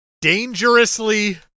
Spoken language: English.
Dangerously